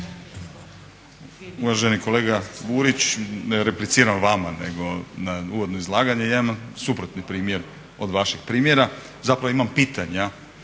Uvaženi kolega Burić, ne repliciram vama nego na uvodno izlaganje, ja imam suprotni primjer od vašeg primjera, zapravo imam pitanja